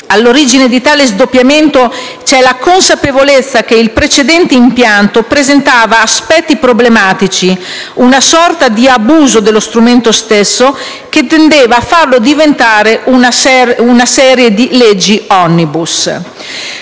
All'origine di tale sdoppiamento c'è la consapevolezza che il precedente impianto presentava aspetti problematici, una sorta di abuso dello strumento stesso, che tendeva a farlo diventare una sorta di legge *omnibus*.